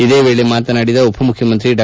ಇದೇ ವೇಳೆ ಮಾತನಾಡಿದ ಉಪ ಮುಖ್ಯಮಂತ್ರಿ ಡಾ